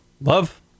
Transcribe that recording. Love